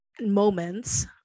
moments